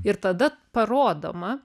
ir tada parodoma